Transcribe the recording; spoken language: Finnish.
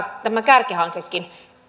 tämä kärkihankekin